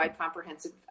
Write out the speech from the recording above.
comprehensive